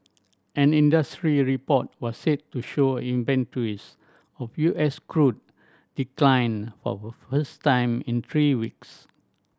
an industry report was said to show inventories of U S crude declined for first time in three weeks